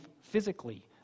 physically